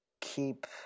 keep